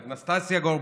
את נסטסיה גורבנקו,